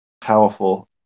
powerful